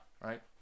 Right